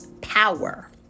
power